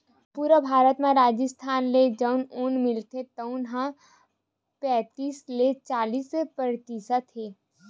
पूरा भारत म राजिस्थान ले जउन ऊन मिलथे तउन ह पैतीस ले चालीस परतिसत हे